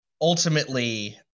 ultimately